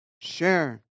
share